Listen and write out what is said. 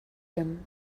him